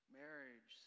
marriage